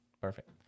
Perfect